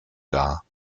dar